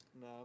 No